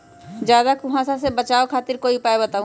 ज्यादा कुहासा से बचाव खातिर कोई उपाय बताऊ?